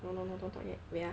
no no no no no wait wait ah